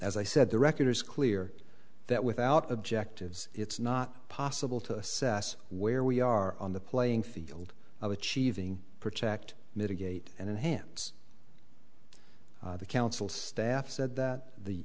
as i said the record is clear that without objectives it's not possible to assess where we are on the playing field of achieving protect mitigate and hands council staff said that the